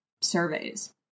surveys